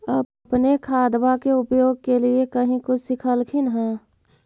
अपने खादबा के उपयोग के लीये कही से कुछ सिखलखिन हाँ?